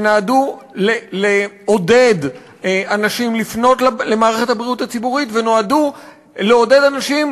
שנועדו לעודד אנשים לפנות למערכת הבריאות הציבורית ונועדו לעודד אנשים